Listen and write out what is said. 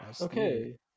okay